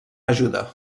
ajuda